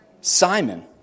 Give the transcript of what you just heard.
Simon